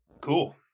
cool